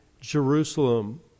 Jerusalem